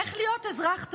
איך להיות אזרח טוב.